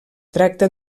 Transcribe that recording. tracta